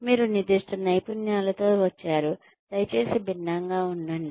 మీరు నిర్దిష్ట నైపుణ్యాలతో వచ్చారు దయచేసి విభిన్నంగా ఉండండి